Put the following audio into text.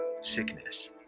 sickness